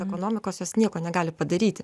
ekonomikos jos nieko negali padaryti